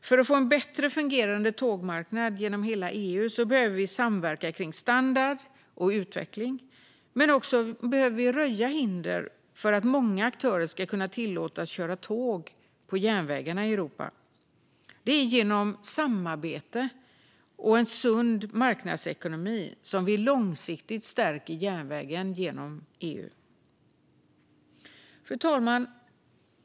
För att få en bättre fungerande tågmarknad genom hela EU behöver vi samverka om standard och utveckling, men vi behöver också röja hinder för att många aktörer ska tillåtas köra tåg på järnvägarna i Europa. Det är genom samarbete och en sund marknadsekonomi som vi långsiktigt stärker järnvägen genom EU. Fru talman!